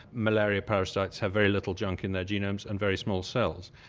malaria parasites have very little junk in their genomes, and very small cells.